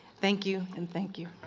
thank you and thank you.